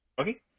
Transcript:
Okay